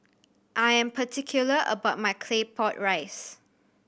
I am particular about my Claypot Rice